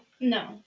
No